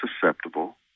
susceptible